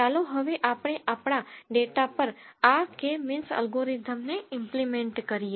ચાલો હવે આપણે આપણા ડેટા પર આ કે મીન્સ અલ્ગોરિધમને ઈમ્પલીમેન્ટ કરીએ